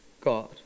God